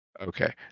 Okay